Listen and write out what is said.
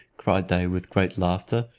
cried they with great laughter,